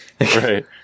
Right